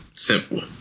simple